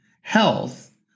health